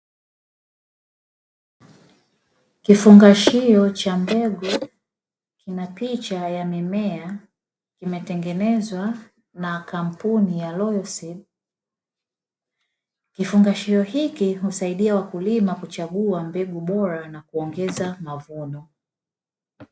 Kifungashio cha mbegu kina picha ya mimea imetengenezwa na kampuni ya "royal seed". Kifungashio hiki husaidia wakulima kuchagua mbegu bora na kuongeza mavuno.